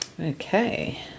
Okay